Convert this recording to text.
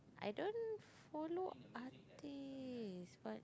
I don't follow artistes but